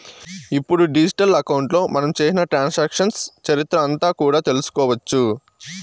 ఇప్పుడు డిజిటల్ అకౌంట్లో మనం చేసిన ట్రాన్సాక్షన్స్ చరిత్ర అంతా కూడా తెలుసుకోవచ్చు